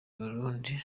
burundi